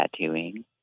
tattooing